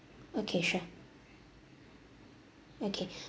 okay sure okay